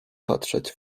patrzeć